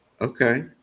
Okay